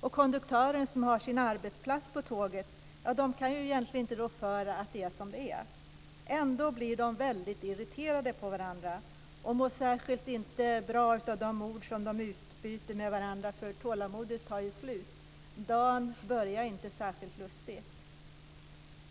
Och konduktörerna som har sin arbetsplats på tåget, ja, de kan ju egentligen inte rå för att det är som det är. Ändå blir de väldigt irriterade på varandra och mår säkert inte bra av de ord som de utbyter med varandra, för tålamodet tar ju slut. Dagen började inte särskilt lustigt.